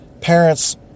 parents